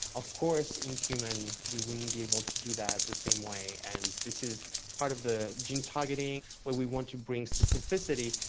of course in humans we wouldn't be able to do that the same way and this is part of the gene targeting where we want to bring specificity,